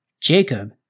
Jacob